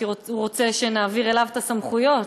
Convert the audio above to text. כי הוא רוצה שנעביר אליו את הסמכויות,